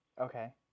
Okay